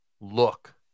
look